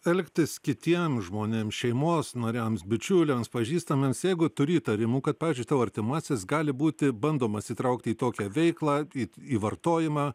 elgtis kitiems žmonėms šeimos nariams bičiuliams pažįstamiems jeigu turi įtarimų kad pavyzdžiui tavo artimasis gali būti bandomas įtraukti į tokią veiklą į į vartojimą